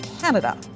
Canada